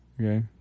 Okay